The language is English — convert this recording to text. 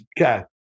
Okay